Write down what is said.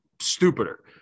stupider